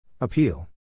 Appeal